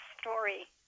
story